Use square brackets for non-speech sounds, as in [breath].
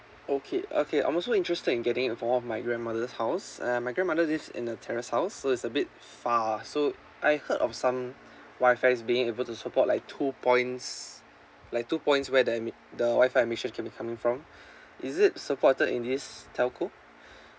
okay okay I'm also interested in getting for one of my grandmother's house uh my grandmother live in a terrace house so it's a bit far so I heard of some WI-FI is being able to support like two points like two points where the admi~ the WI-FI admission can be coming from [breath] is it supported in this telco [breath]